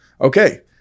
Okay